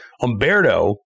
Umberto